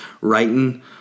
writing